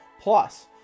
plus